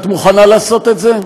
את מוכנה לעשות את זה?